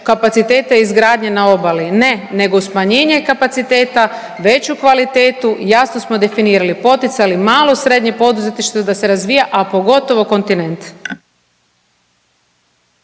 kapacitete izgradnje na obali, ne. Nego smanjenje kapaciteta, veću kvalitetu, jasno smo definirali, poticali malo srednje poduzetništvo da se razvija, a pogotovo kontinent.